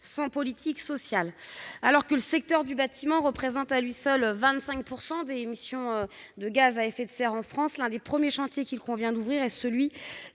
sans politique sociale. Alors que le secteur du bâtiment représente à lui seul 25 % des émissions de gaz à effet de serre en France, l'un des premiers chantiers qu'il convient d'ouvrir est celui